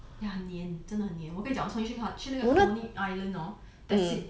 ya 很粘真的很粘我跟你讲我跟你讲我从去那个 coney island hor that's it